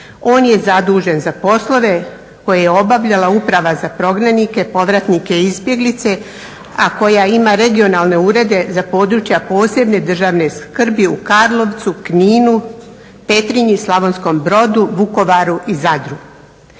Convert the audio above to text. On je zadužen za poslove koje je obavljala uprava za prognanike, povratnike i izbjeglice, a koja ima regionalne urede za područja posebne državne skrbi u Karlovcu, Kninu, Petrinji, Slavonskom Brodu, Vukovaru i Zadru.